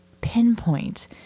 pinpoint